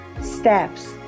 steps